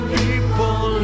people